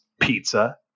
Pizza